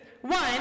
One